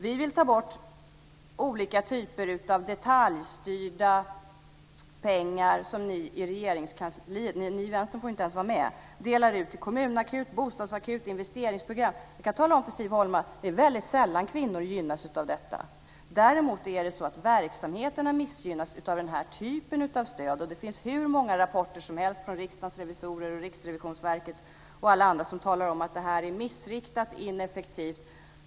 Vi vill ta bort olika typer av detaljstyrda pengar som de i Regeringskansliet - ni i Vänstern får ju inte ens vara med - delar ut till kommunakut, bostadsakut och investeringsprogram. Jag kan tala om för Siv Holma att det är väldigt sällan som kvinnor gynnas av detta. Däremot missgynnas verksamheterna av den här typen av stöd. Det finns hur många rapporter som helst från Riksdagens revisorer och Riksrevisionsverket och alla andra som visar att det här är missriktat och ineffektivt.